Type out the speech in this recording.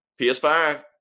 ps5